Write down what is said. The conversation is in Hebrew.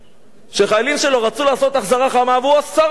שחיילים שלו רצו לעשות החזרה חמה והוא אסר עליהם.